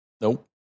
Nope